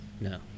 No